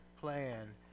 plan